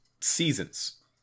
seasons